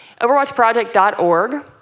Overwatchproject.org